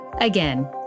Again